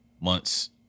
months